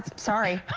sorry.